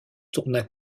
tourna